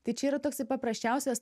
tai čia yra toksai paprasčiausias